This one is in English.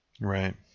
Right